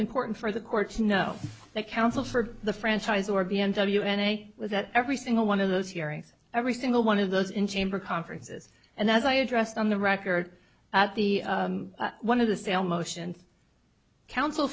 important for the court to know that counsel for the franchise or b m w anyway was that every single one of those hearings every single one of those in chamber conferences and as i addressed on the record at the one of the sale motions counsel